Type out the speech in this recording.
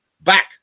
Back